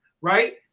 right